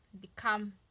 become